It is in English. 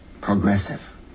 progressive